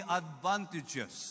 advantages